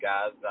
Guys